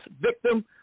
victim